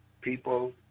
people